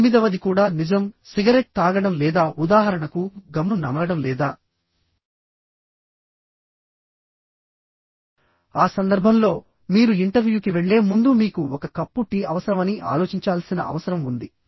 ఎనిమిదవది కూడా నిజం సిగరెట్ తాగడం లేదా ఉదాహరణకు గమ్ ను నమలడం లేదా ఆ సందర్భంలో మీరు ఇంటర్వ్యూకి వెళ్లే ముందు మీకు ఒక కప్పు టీ అవసరమని ఆలోచించాల్సిన అవసరం ఉంది